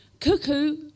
Cuckoo